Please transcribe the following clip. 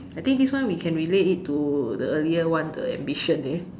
I think this one we can relate it to the earlier one the ambition there